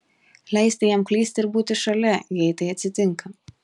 leisti jam klysti ir būti šalia jei tai atsitinka